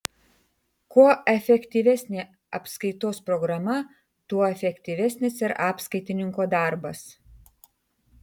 kuo efektyvesnė apskaitos programa tuo efektyvesnis ir apskaitininko darbas